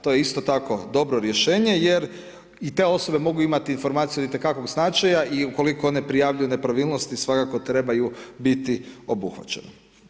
To je isto tako dobro rješenje, jer i te osobe mogu imati informaciju itekakvog značaja i ukoliko neprijavljuju nepravilnosti, svakako trebaju biti obuhvaćene.